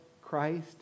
Christ